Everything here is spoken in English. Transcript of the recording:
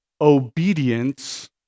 obedience